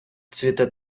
цвіте